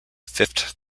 fifth